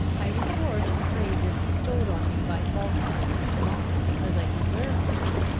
i record the praises bestowed on me by falkland, not because i deserved them,